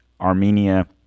Armenia